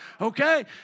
Okay